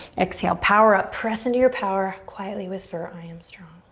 exhale, power up. press into your power. quietly whisper, i am strong.